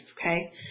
Okay